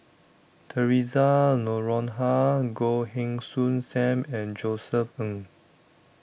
Theresa Noronha Goh Heng Soon SAM and Josef Ng